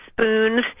spoons